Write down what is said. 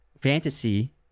fantasy